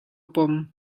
pom